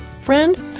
Friend